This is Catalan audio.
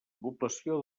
població